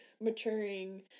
maturing